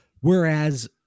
Whereas